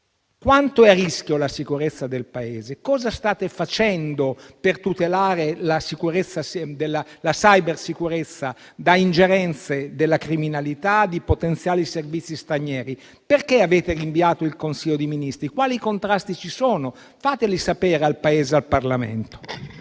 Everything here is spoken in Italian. quanto è a rischio la sicurezza del Paese e cosa state facendo per tutelare la cybersicurezza da ingerenze della criminalità e di potenziali servizi stranieri. Perché avete rinviato il Consiglio dei Ministri? Quali contrasti ci sono? Fateli sapere al Paese e al Parlamento.